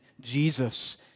Jesus